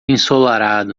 ensolarado